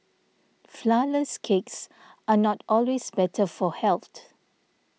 Flourless Cakes are not always better for health